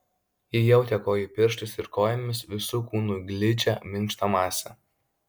ji jautė kojų pirštais ir kojomis visu kūnu gličią minkštą masę